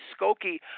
Skokie